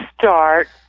start